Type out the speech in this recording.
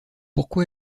pourquoi